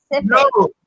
No